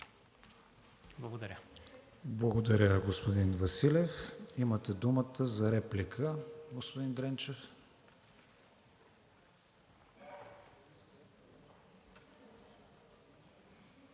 ВИГЕНИН: Благодаря, господин Василев. Имате думата за реплика, господин Дренчев.